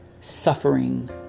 suffering